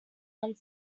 one